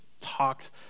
Talked